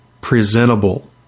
presentable